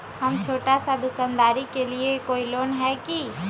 हम छोटा सा दुकानदारी के लिए कोई लोन है कि?